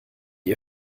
ihr